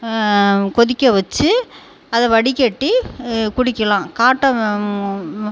கொதிக்க வச்சு அதை வடிகட்டி குடிக்கலாம் காட்டம்